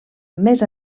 més